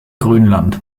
grönland